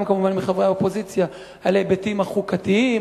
כמובן מחברי האופוזיציה על ההיבטים החוקתיים,